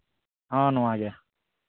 ᱦᱚᱸ ᱱᱚᱣᱟ ᱜᱮ